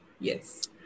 yes